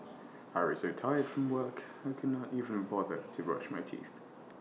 I was so tired from work I could not even bother to brush my teeth